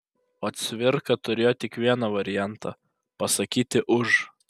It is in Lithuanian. o cvirka turėjo tik vieną variantą pasakyti už